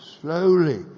slowly